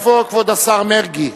איפה כבוד השר מרגי?